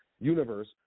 universe